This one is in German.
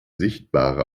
sichtbare